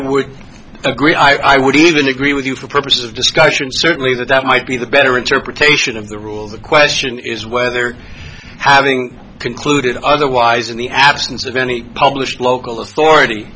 would agree i would even agree with you for purposes of discussion certainly that that might be the better interpretation of the rules the question is whether having concluded otherwise in the absence of any published local authority